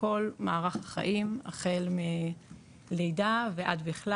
בכל מערך החיים החל מלידה ועד בכלל,